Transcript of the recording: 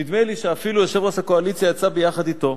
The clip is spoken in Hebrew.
נדמה לי שאפילו יושב-ראש הקואליציה יצא ביחד אתו.